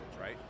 right